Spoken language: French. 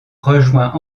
rejoint